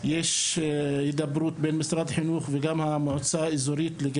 ישנה הידברות בין המועצה האזורית לבין